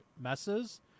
messes